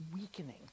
weakening